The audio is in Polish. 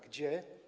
Gdzie?